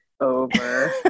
over